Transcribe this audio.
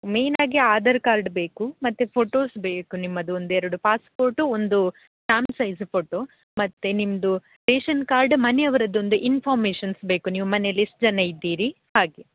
ಮೇನಾಗಿ ಆಧಾರ್ ಕಾರ್ಡ್ ಬೇಕು ಮತ್ತು ಫೊಟೋಸ್ ಬೇಕು ನಿಮ್ಮದು ಒಂದೆರಡು ಪಾಸ್ಪೋರ್ಟು ಒಂದು ಸ್ಟ್ಯಾಮ್ ಸೈಜ್ ಫೋಟೋ ಮತ್ತು ನಿಮ್ಮದು ರೇಷನ್ ಕಾರ್ಡ್ ಮನೆಯವರದ್ದೊಂದು ಇನ್ಫಾರ್ಮೇಷನ್ಸ್ ಬೇಕು ನೀವು ಮನೇಲಿ ಎಷ್ಟ್ ಜನ ಇದ್ದೀರಿ ಹಾಗೆ